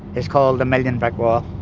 it's called the million brick wall,